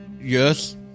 Yes